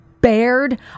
bared